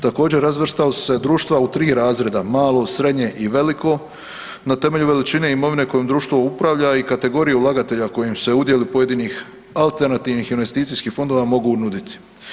Također razvrstala su se društva u tri razreda malo, srednje i veliko na temelju veličine imovine kojom društvo upravlja i kategorije ulagatelja kojim se udjeli pojedinih alternativnih investicijskih fondova mogu nuditi.